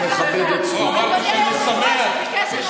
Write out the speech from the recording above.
תן לו עוד דקה.